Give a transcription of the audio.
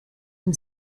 dem